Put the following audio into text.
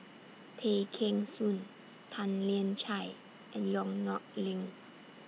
Tay Kheng Soon Tan Lian Chye and Yong Nyuk Lin